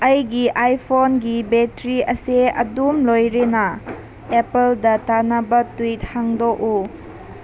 ꯑꯩꯒꯤ ꯑꯥꯏꯐꯣꯟꯒꯤ ꯕꯦꯇ꯭ꯔꯤ ꯑꯁꯤ ꯑꯗꯨꯝ ꯂꯣꯏꯔꯦꯅ ꯑꯦꯄꯜꯗ ꯊꯥꯅꯕ ꯇ꯭ꯋꯤꯠ ꯍꯥꯡꯗꯣꯛꯎ